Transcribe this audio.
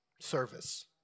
service